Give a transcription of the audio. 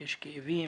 יש כאבים,